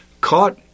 caught